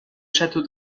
château